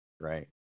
right